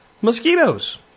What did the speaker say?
Mosquitoes